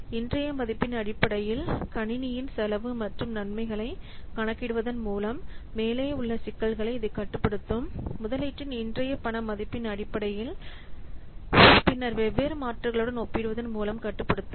இன்றைய மதிப்பின் அடிப்படையில் கணினியின் செலவு மற்றும் நன்மைகளை கணக்கிடுவதன் மூலம் மேலே உள்ள சிக்கல்களை இது கட்டுப்படுத்தும் முதலீட்டின் இன்றைய பண மதிப்பின் அடிப்படையில் பின்னர் வெவ்வேறு மாற்றுகளுடன் ஒப்பிடுவதன் மூலம் கட்டுப்படுத்தும்